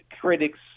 critics